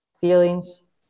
feelings